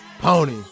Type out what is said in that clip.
Pony